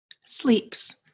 Sleeps